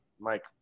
Mike